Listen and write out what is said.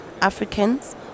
Africans